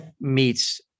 meets